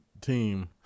team